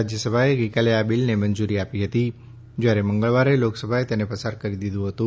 રાજ્યસભાએ ગઈકાલે આ બિલને મંજૂરી આપી દીધી હતી જ્યારે મંગળવારે લોકસભાએ તેને પસાર કરી દીધું હતું